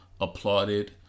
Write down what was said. Applauded